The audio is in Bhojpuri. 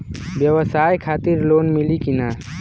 ब्यवसाय खातिर लोन मिली कि ना?